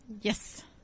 Yes